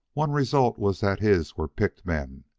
one result was that his were picked men,